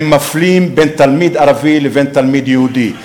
הם מפלים בין תלמיד ערבי לבין תלמיד יהודי.